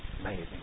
Amazing